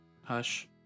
hush